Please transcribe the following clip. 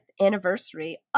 anniversary